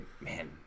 Man